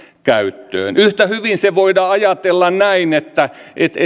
käyttöön yhtä hyvin voidaan ajatella näin että